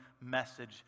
message